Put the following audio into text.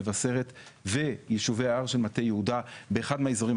מבשרת ויישובי ההר של מטה יהודה באחד מהאזורים.